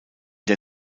der